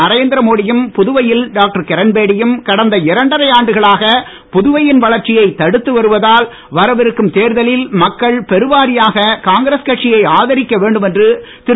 நரேந்திர மோடியும் புதுவையில் டாக்டர் கிரண்பேடியும் கடந்த இரண்டரை ஆண்டுகளாக புதுவையின் வளர்ச்சியை தடுத்து வருவதால் வரவிருக்கும் தேர்தலில் மக்கள் பெருவாரியாக காங்கிரஸ் கட்சியை ஆதரிக்க வேண்டும் என்று திரு